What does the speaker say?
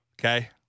okay